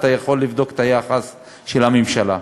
אתה יכול לבדוק את היחס של הממשלה.